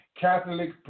Catholic